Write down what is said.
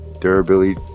durability